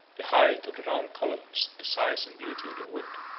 the height of the round columns, the size and beauty of the wood,